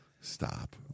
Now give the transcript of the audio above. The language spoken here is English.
Stop